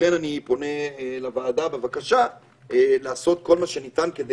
ולכן אני פונה לוועדה בבקשה לעשות כל מה שניתן כדי